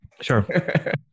Sure